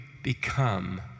Become